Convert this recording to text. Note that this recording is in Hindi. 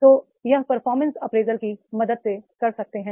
तो यह परफॉर्मेंस अप्रेजल की मदद से कर सकते हैं